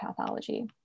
pathology